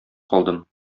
калдым